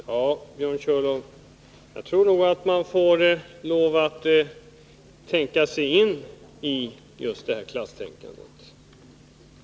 Fru talman! Jag tror nog, Björn Körlof, att man får lov att sätta sig in i just detta klasstänkande.